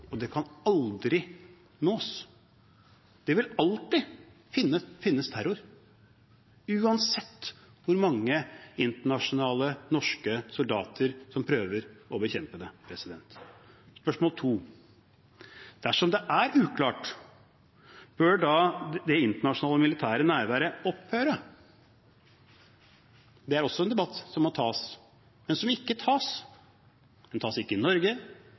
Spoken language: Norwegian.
og det kan aldri nås. Det vil alltid finnes terror, uansett hvor mange internasjonale og norske soldater som prøver å bekjempe det. For det andre: Dersom det er uklart, bør da det internasjonale militære nærværet opphøre? Det er også en debatt som må tas, men som ikke tas. Den tas ikke i Norge.